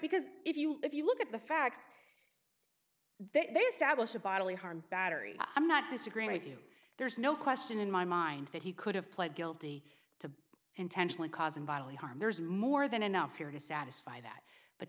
because if you if you look at the facts they stablish of bodily harm battery i'm not disagreeing with you there's no question in my mind that he could have pled guilty to intentionally causing bodily harm there's more than enough here to satisfy that but